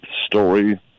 story